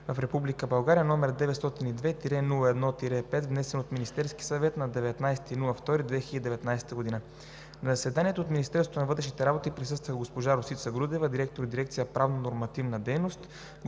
№ 902-01-5, внесен от Министерския съвет на 19 февруари 2019 г. На заседанието от Министерството на вътрешните работи присъстваха: госпожа Росица Грудева – директор на дирекция „Правно-нормативна дейност“,